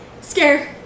scare